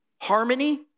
harmony